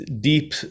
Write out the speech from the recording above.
deep